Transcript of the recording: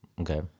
okay